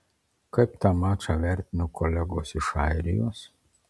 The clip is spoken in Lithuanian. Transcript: kaip tą mačą vertino kolegos iš airijos